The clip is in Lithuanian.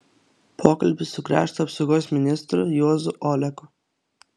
pokalbis su krašto apsaugos ministru juozu oleku